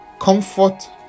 comfort